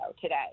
today